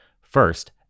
First